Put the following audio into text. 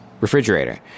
refrigerator